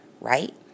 right